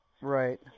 right